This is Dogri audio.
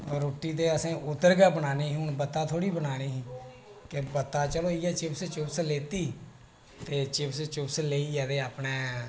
रुट्टी ते असें उधर गै बनानी ही रुट्टी ते आसे उद्धर गै बनानी ही ते चिप्स चुप्स लेइयै असें